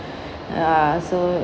ah so